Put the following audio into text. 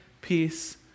peace